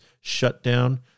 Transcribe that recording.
shutdown